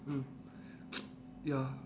mm ya